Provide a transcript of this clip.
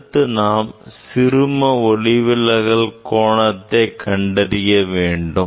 அடுத்து நாம் சிறும ஒளிவிலகல் கோணத்தை கண்டறிய வேண்டும்